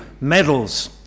medals